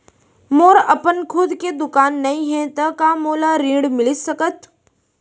मोर अपन खुद के दुकान नई हे त का मोला ऋण मिलिस सकत?